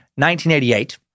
1988